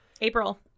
April